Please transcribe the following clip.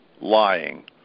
lying